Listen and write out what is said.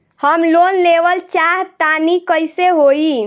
हम लोन लेवल चाह तानि कइसे होई?